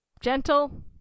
gentle